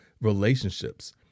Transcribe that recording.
relationships